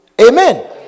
Amen